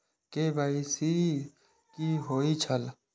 KYC कि होई छल?